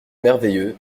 merveilleux